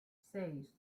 seis